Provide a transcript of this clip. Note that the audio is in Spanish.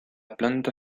planta